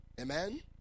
Amen